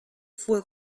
fue